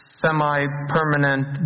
semi-permanent